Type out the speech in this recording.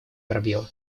пробелы